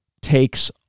takes